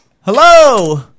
Hello